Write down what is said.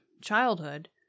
childhood